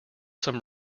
some